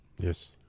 Yes